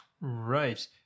Right